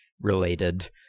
related